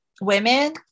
women